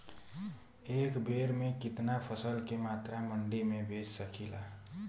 एक बेर में कितना फसल के मात्रा मंडी में बेच सकीला?